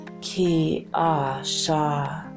ki-a-sha